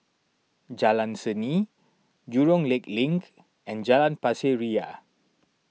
Jalan Seni Jurong Lake Link and Jalan Pasir Ria